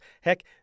Heck